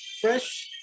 fresh